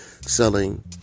selling